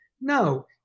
No